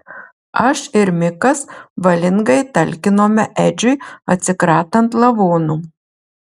aš ir mikas valingai talkinome edžiui atsikratant lavono